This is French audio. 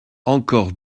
encore